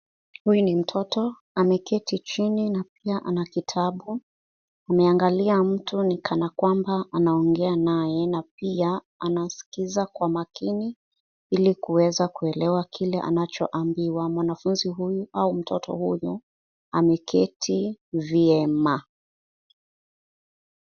Huyu ni mtoto ameketi chini na pia ana kitabu. Ameangalia mtu ni kana kwamba anaongea naye na pia anaskiza kwa makini ili kuweza kuelewa kile anachoambiwa. Mwanafunzi huyu au mtoto huyu ameketi vyema.